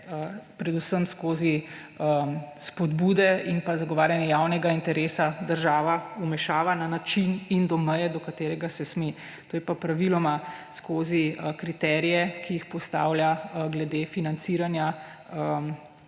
predvsem skozi spodbude in zagovarjanja javnega interesa država vmešava na način in do meje, do katerega se sme. To je pa praviloma skozi kriterije, ki jih postavlja glede financiranja,